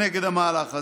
כנגד המהלך הזה.